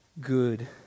good